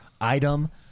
item